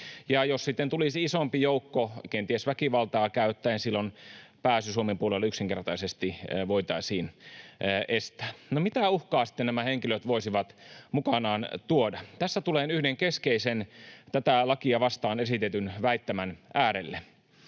tulisi isompi joukko kenties väkivaltaa käyttäen, silloin pääsy Suomen puolelle yksinkertaisesti voitaisiin estää. No, mitä uhkaa sitten nämä henkilöt voisivat mukanaan tuoda? Tässä tulen yhden keskeisen tätä lakia vastaan esitetyn väittämän äärelle.